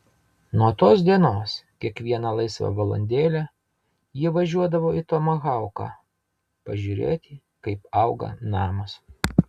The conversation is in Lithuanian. nuo tos dienos kiekvieną laisvą valandėlę jie važiuodavo į tomahauką pažiūrėti kaip auga namas